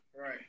Right